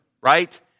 right